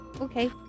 Okay